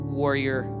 warrior